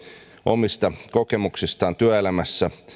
omista kokemuksistaan työelämässä